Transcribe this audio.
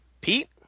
Pete